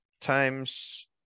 times